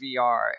VR